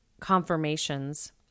confirmations